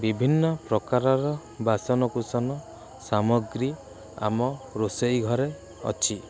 ବିଭିନ୍ନ ପ୍ରକାରର ବାସନ କୁସନ ସାମଗ୍ରୀ ଆମ ରୋଷେଇ ଘରେ ଅଛି